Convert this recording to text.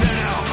now